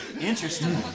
Interesting